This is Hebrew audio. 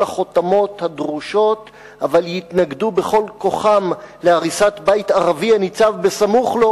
החותמות הדרושות אבל יתנגדו בכל כוחם להריסת בית ערבי הניצב בסמוך לו,